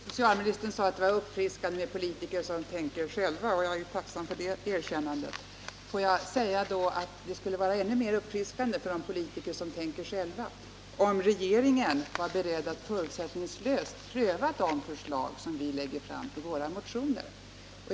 Herr talman! Socialministern sade att det var uppfriskande med politiker som tänker själva. Jag är tacksam för det erkännandet, men låt mig säga att det skulle vara ännu mera uppfriskande för politiker som tänker själva, om regeringen var beredd att förutsättningslöst pröva de förslag som vi lägger fram i våra motioner.